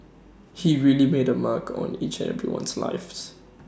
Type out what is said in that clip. he really made A mark on each and everyone's life's